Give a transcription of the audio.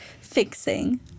fixing